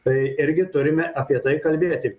tai irgi turime apie tai kalbėti